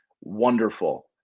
wonderful